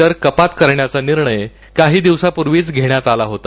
उे कपात करण्याचा निर्णय काही दिवसांपूर्वीचा घेण्यात आला होता